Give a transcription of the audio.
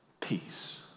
peace